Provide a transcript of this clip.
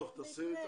טוב, תשימי אותם,